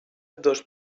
dos